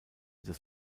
des